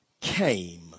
came